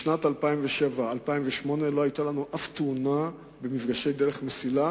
בשנת 2007/08 לא היתה לנו אף תאונה במפגשי דרך מסילה